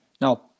Now